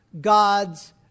God's